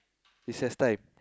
recess time